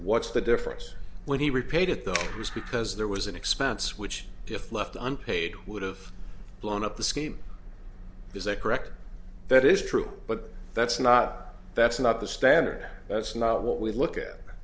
what's the difference when he repaid at the risk because there was an expense which if left on paid would have blown up the scheme is that correct that is true but that's not that's not the standard that's not what we look at